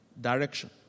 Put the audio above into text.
Direction